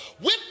whip